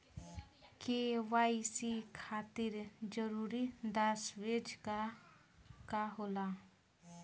KYC खातिर जरूरी दस्तावेज का का होला?